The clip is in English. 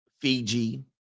Fiji